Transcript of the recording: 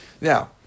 Now